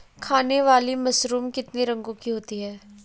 खाने वाली मशरूम कितने रंगों की होती है?